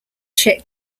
trek